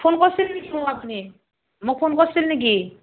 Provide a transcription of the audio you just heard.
phone কৰিছিল নেকি আপুনি মোক ফোন কৰিছিল নেকি